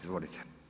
Izvolite.